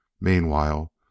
Meanwhile